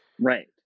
Right